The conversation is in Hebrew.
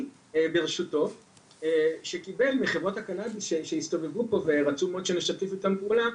ברשותו שקיבל מחברת הקנביס שהסתובבו פה ורצו מאוד שנשתף איתם פעולה,